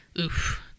Oof